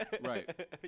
Right